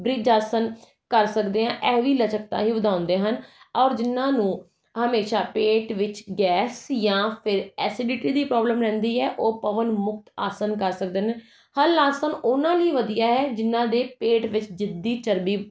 bridge ਆਸਨ ਕਰ ਸਕਦੇ ਹਾਂ ਇਹ ਵੀ ਲਚਕਤਾ ਹੀ ਵਧਾਉਂਦੇ ਹਨ ਔਰ ਜਿਹਨਾਂ ਨੂੰ ਹਮੇਸ਼ਾ ਪੇਟ ਵਿੱਚ ਗੈਸ ਜਾਂ ਫਿਰ ਐਸੀਡਿਟੀ ਦੀ ਪ੍ਰੋਬਲਮ ਰਹਿੰਦੀ ਹੈ ਉਹ ਪਵਨ ਮੁਕਤ ਆਸਨ ਕਰ ਸਕਦੇ ਨੇ ਹਲ ਆਸਨ ਉਹਨਾਂ ਲਈ ਵਧੀਆ ਹੈ ਜਿਹਨਾਂ ਦੇ ਪੇਟ ਵਿੱਚ ਜਿੱਦੀ ਚਰਬੀ